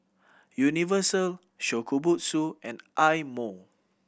Universal Shokubutsu and Eye Mo